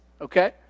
Okay